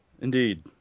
Indeed